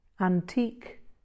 antique